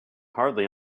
hardly